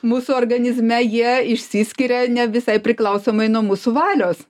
mūsų organizme jie išsiskiria ne visai priklausomai nuo mūsų valios